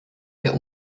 der